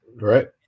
Right